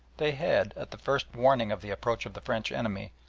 they had, at the first warning of the approach of the french enemy,